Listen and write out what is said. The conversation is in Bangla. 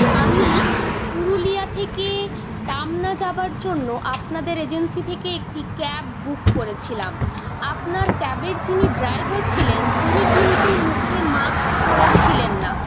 আমি পুরুলিয়া থেকে টামনা যাবার জন্য আপনাদের এজেন্সি থেকে একটি ক্যাব বুক করেছিলাম আপনার ক্যাবের যিনি ড্রাইভার ছিলেন তিনি কিন্তু মুখে মাস্ক পরে ছিলেন না